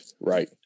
right